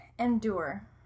endure